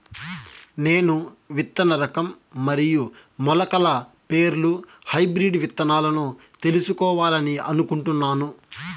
నేను విత్తన రకం మరియు మొలకల పేర్లు హైబ్రిడ్ విత్తనాలను తెలుసుకోవాలని అనుకుంటున్నాను?